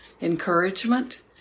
encouragement